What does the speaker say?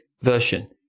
version